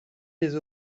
les